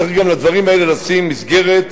צריך גם לדברים האלה לשים מסגרת,